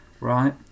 right